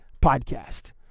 podcast